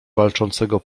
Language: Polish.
walczącego